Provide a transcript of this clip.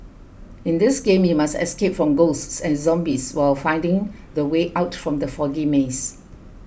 in this game you must escape from ghosts and zombies while finding the way out from the foggy maze